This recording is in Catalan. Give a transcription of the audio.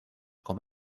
com